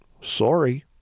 sorry